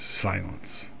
silence